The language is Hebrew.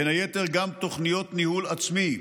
בין היתר תוכניות ניהול עצמי,